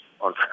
on